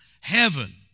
heaven